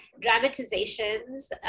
dramatizations